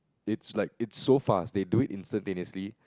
it's like it's so fast they do it instantaneously